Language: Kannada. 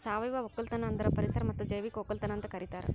ಸಾವಯವ ಒಕ್ಕಲತನ ಅಂದುರ್ ಪರಿಸರ ಮತ್ತ್ ಜೈವಿಕ ಒಕ್ಕಲತನ ಅಂತ್ ಕರಿತಾರ್